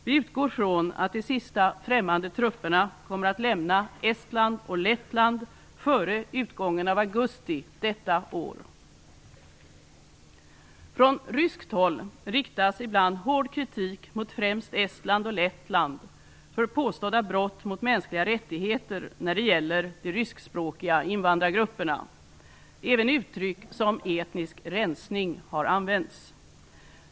Vi utgår från att de sista främmande trupperna kommer att lämna Estland och Lettland före utgången av augusti detta år. Från ryskt håll riktas ibland hård kritik mot främst Estland och Lettland för påstådda brott mot mänskliga rättigheter när det gäller de ryskspråkiga invandrargrupperna. Även uttryck som ''etnisk rensning'' har använts.